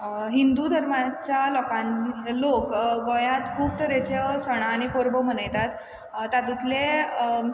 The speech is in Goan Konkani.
हिंदू धर्माच्या लोकांनी लोक गोंयांत खूब तरेचो सणा आनी परबो मनयतात तातूंतले